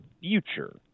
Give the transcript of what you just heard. future